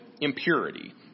impurity